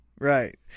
Right